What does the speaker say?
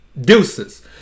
Deuces